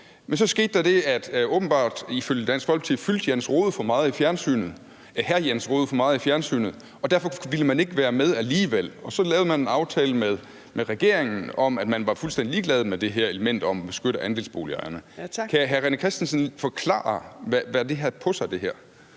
Jens Rohde fyldte for meget i fjernsynet, og derfor ville man ikke være med alligevel. Og så lavede man en aftale med regeringen om, at man var fuldstændig ligeglad med det her element om at beskytte andelsboligejerne. Kan hr. René Christensen forklare, hvad det her har på sig?